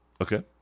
Okay